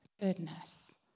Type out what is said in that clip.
goodness